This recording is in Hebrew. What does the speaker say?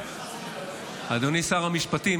אדוני שר המשפטים,